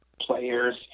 players